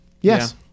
Yes